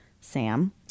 Sam